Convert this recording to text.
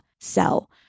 sell